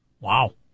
Wow